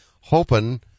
hoping